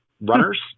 runners